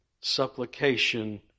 supplication